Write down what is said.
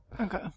Okay